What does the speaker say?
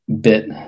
bit